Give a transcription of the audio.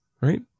Right